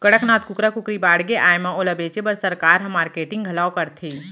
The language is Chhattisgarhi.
कड़कनाथ कुकरा कुकरी बाड़गे आए म ओला बेचे बर सरकार ह मारकेटिंग घलौ करथे